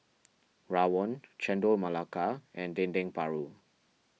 Rawon Chendol Melaka and Dendeng Paru